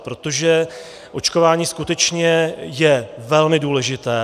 Protože očkování skutečně je velmi důležité.